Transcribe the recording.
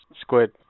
squid